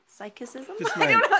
psychicism